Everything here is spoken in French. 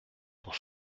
pour